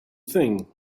thing